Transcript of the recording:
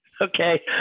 Okay